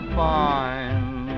fine